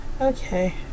okay